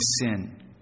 sin